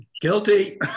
Guilty